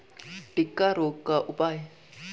टिक्का रोग का उपाय?